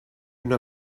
una